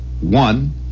one